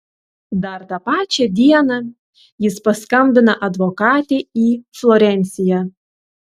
dar tą pačią dieną jis paskambina advokatei į florenciją